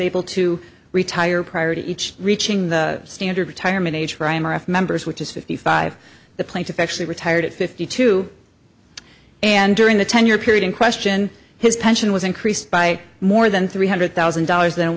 able to retire prior to each reaching the standard retirement age for members which is fifty five the plaintiff actually retired at fifty two and during the ten year period in question his pension was increased by more than three hundred thousand dollars